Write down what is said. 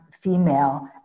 female